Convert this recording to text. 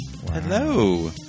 Hello